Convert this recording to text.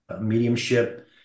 mediumship